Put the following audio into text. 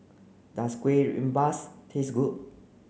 does Kueh Rengas taste good